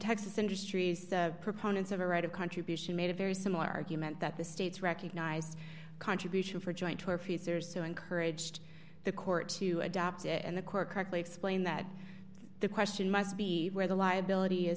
texas industries the proponents of a right of contribution made a very similar argument that the states recognize contribution for jointure features so encouraged the court to adopt it and the court correctly explained that the question must be where the liability